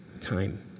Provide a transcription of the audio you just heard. time